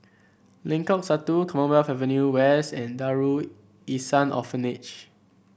Lengkong Satu Commonwealth Avenue West and Darul Ihsan Orphanage